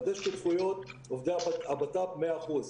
בדסק שותפויות - עובדי הבט"פ מאה אחוז,